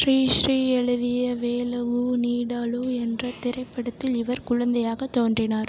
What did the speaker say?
ஸ்ரீ ஸ்ரீ எலுதிய வேலகு நீடாலு என்ற திரைப்படத்தில் இவர் குழந்தையாகத் தோன்றினார்